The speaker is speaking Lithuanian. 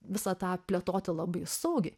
visą tą plėtoti labai saugiai